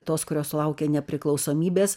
tos kurios sulaukė nepriklausomybės